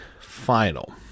final